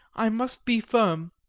i must be firm,